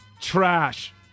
Trash